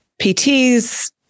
PTs